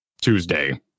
Tuesday